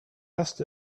asked